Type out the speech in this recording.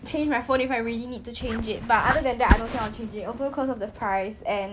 change my phone if I really need to change it but other than that I don't think I'll change it also because of the price and